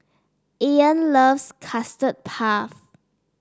Ean loves Custard Puff